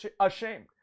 ashamed